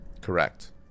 Correct